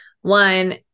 One